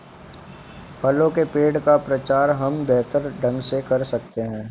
फलों के पेड़ का प्रचार हम बेहतर ढंग से कर सकते हैं